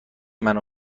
منو